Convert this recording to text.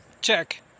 Check